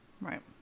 Right